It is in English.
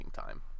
time